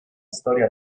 storia